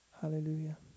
Hallelujah